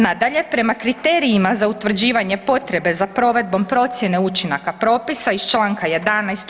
Nadalje, prema kriterijima za utvrđivanje potrebe za provedbom procjene učinaka propisa iz čl. 11.